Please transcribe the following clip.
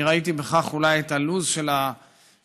אני ראיתי בכך אולי את הלוז של ההסכם,